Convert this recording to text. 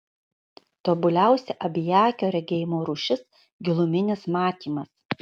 tobuliausia abiakio regėjimo rūšis giluminis matymas